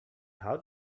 how